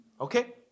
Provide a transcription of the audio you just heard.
okay